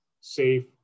safe